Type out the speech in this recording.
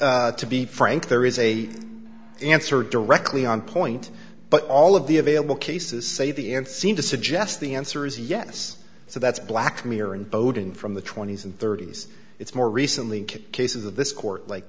think to be frank there is a answer directly on point but all of the available cases say the end seem to suggest the answer is yes so that's black mirror and bowden from the twenty's and thirty's it's more recently cases of this court like